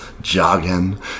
jogging